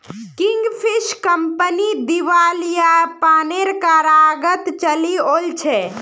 Kingfisher company दिवालियापनेर कगारत चली ओल छै